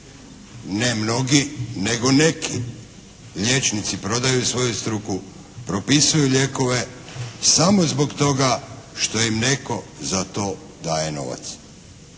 ne mnogi, nego neki liječnici prodaju svoju struku, propisuju lijekove samo zbog toga što im netko za to daje novac.